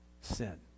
sin